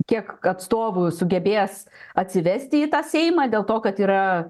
kiek atstovų sugebės atsivesti į tą seimą dėl to kad yra